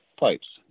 pipes